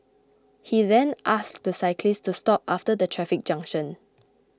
he then asked the cyclist to stop after the traffic junction